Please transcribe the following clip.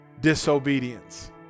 Disobedience